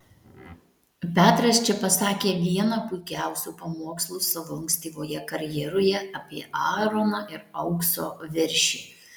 petras čia pasakė vieną puikiausių pamokslų savo ankstyvoje karjeroje apie aaroną ir aukso veršį